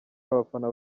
abafana